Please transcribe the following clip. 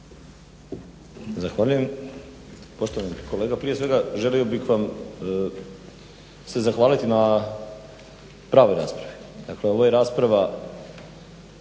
Zahvaljujem.